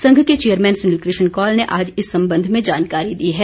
संघ के चेयरमैन सुनील कृष्ण कौल ने आज इस संबंध में जानकारी दी है